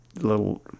little